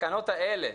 התקנות האלה,